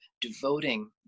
devoting